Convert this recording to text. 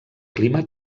clima